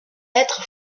être